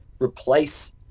replace